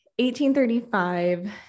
1835